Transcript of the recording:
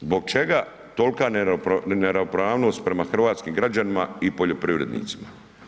Zbog čega tolika neravnopravnost prema hrvatskim građanima i poljoprivrednicima?